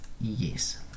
yes